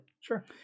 Sure